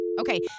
Okay